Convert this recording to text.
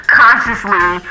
consciously